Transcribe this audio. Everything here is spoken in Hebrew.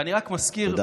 ואני רק מזכיר, תודה.